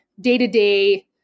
day-to-day